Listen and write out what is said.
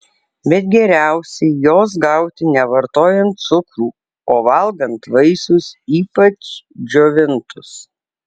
bet geriausiai jos gauti ne vartojant cukrų o valgant vaisius ypač džiovintus